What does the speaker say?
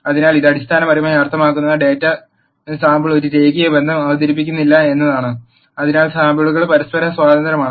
അതിനാൽ ഇത് അടിസ്ഥാനപരമായി അർത്ഥമാക്കുന്നത് ഡാറ്റാ സാമ്പിൾ ഒരു രേഖീയ ബന്ധം അവതരിപ്പിക്കുന്നില്ല എന്നാണ് അതാണ് സാമ്പിളുകൾ പരസ്പരം സ്വതന്ത്രമാണ്